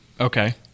Okay